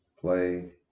play